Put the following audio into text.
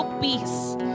peace